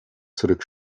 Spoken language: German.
zurück